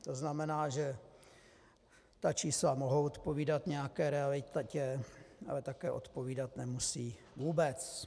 To znamená, že ta čísla mohou odpovídat nějaké realitě, ale také odpovídat nemusí vůbec.